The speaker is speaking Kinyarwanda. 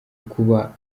kuba